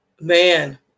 Man